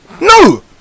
no